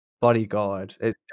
bodyguard